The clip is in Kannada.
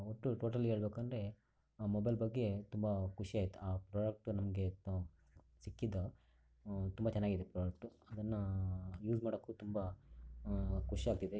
ಒಟ್ಟು ಟೋಟಲಿ ಹೇಳ್ಬೇಕಂದ್ರೆ ಆ ಮೊಬೈಲ್ ಬಗ್ಗೆ ತುಂಬ ಖುಷಿ ಆಯಿತು ಆ ಪ್ರಾಡಕ್ಟು ನಮಗೆ ತ ಸಿಕ್ಕಿದ್ದು ತುಂಬ ಚೆನ್ನಾಗಿದೆ ಪ್ರಾಡಕ್ಟು ಅದನ್ನು ಯೂಸ್ ಮಾಡೋಕ್ಕೂ ತುಂಬ ಖುಷಿ ಆಗ್ತಿದೆ